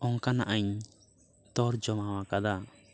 ᱚᱱᱠᱟᱱᱟᱜ ᱤᱧ ᱛᱚᱨᱡᱚᱢᱟ ᱟᱠᱟᱫᱟ